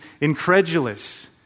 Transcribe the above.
incredulous